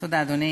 תודה, אדוני.